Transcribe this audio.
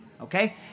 okay